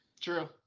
True